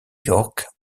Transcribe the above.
york